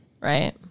Right